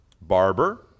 Barber